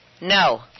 No